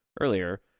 earlier